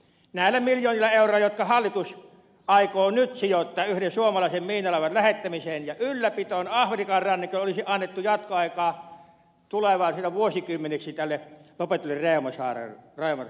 näillä miljoonilla euroilla jotka hallitus aikoo nyt sijoittaa yhden suomalaisen miinalaivan lähettämiseen ja ylläpitoon afrikan rannikolla olisi annettu jatkoaikaa tuleviksi vuosikymmeniksi tälle lopetetulle reuman sairaalalle